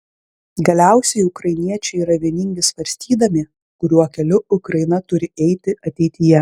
galiausiai ukrainiečiai yra vieningi svarstydami kuriuo keliu ukraina turi eiti ateityje